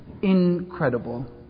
incredible